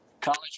College